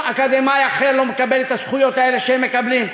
שום אקדמאי אחר לא מקבל את הזכויות האלה שהם מקבלים.